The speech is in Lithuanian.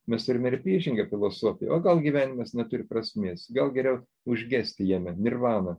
mes turime ir priešingą filosofai o gal gyvenimas neturi prasmės gal geriau užgesti jame nirvana